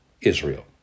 Israel